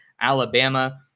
Alabama